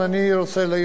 אבל אני אומר את זה בשמי.